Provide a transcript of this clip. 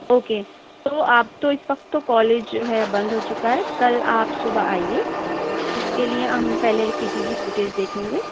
okay تو آپ تو اِس وقت تو کالج ہے بند ہو چکا ہے کل آپ صبح آئیے اُس کے لیے ہم پہلے سی ٹی جی فوٹیج دیکھیں گے